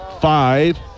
Five